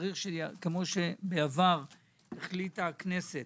כפי שבעבר החליטה הכנסת